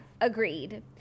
Agreed